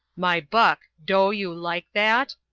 my buck, doe you like that?